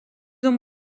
ont